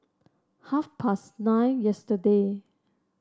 half past nine yesterday